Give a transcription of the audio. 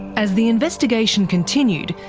as the investigation continued,